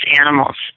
animals